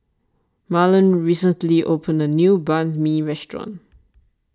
Marland recently opened a new Banh Mi restaurant